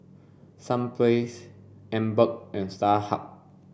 sunplays Emborg and Starhub